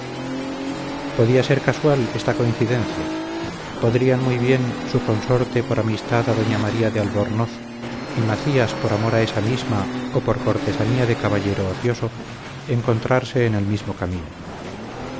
podía ser casual esta coincidencia podrían muy bien su consorte por amistad a doña maría de albornoz y macías por amor a esa misma o por cortesanía de caballero ocioso encontrarse en el mismo camino